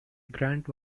grant